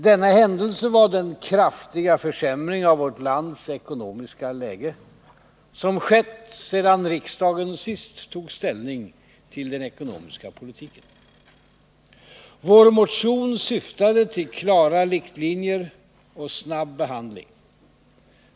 Denna händelse var den kraftiga försämring av vårt lands ekonomiska läge som skett sedan riksdagen senast tog ställning till den ekonomiska politiken. Vår motion syftade till klara riktlinjer.